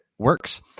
Works